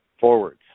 forwards